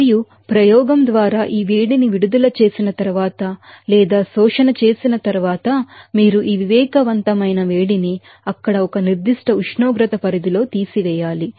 మరియు ప్రయోగం ద్వారా ఈ హీట్ ని విడుదల చేసిన తరువాత లేదా అబ్సర్ప్షన్ చేసిన తరువాత మీరు ఈ సెన్సిబిల్ హీట్ ని అక్కడ ఒక పర్టికులర్ టెంపరేచర్ పరిధిలో తీసివేయాలి